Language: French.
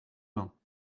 mains